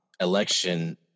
election